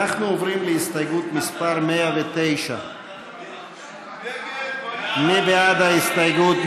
אנחנו עוברים להסתייגות מס' 109. מי בעד ההסתייגות?